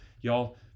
y'all